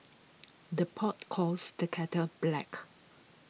the pot calls the kettle black